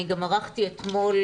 אני גם ערכתי אתמול,